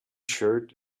shirt